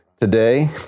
today